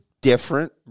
different